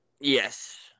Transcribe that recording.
Yes